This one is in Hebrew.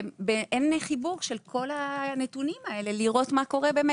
ואין חיבור של כל הנתונים האלה כדי לראות מה קורה באמת.